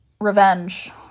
revenge